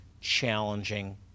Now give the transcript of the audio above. challenging